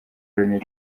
loni